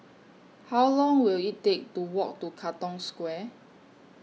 How Long Will IT Take to Walk to Katong Square